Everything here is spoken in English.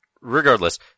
regardless